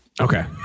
Okay